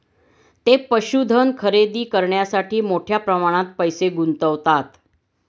ते पशुधन खरेदी करण्यासाठी मोठ्या प्रमाणात पैसे गुंतवतात